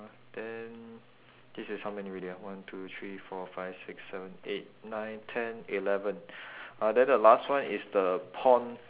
uh then this is how many already ah one two three four five six seven eight nine ten eleven uh then the last one is the pond